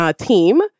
team